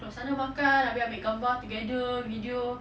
luar sana makan abeh ambil gambar together video